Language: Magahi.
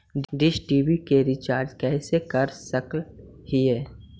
डीश टी.वी के रिचार्ज कैसे कर सक हिय?